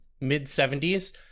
mid-70s